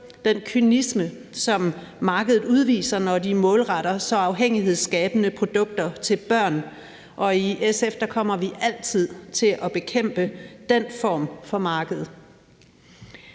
den kynisme, som markedet udviser, når de målretter så afhængighedsskabende produkter til børn, og i SF kommer vi altid til at bekæmpe den form for marked.